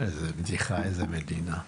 איזה בדיחה, איזו מדינה.